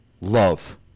love